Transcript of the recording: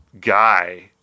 guy